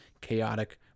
chaotic